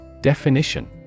Definition